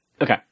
okay